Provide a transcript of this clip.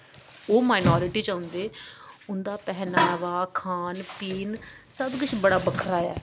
ओह् मनार्टी च औंदे उं'दा पहनावा खान पीन सब किश बड़ा बक्खरा ऐ